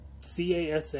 CASA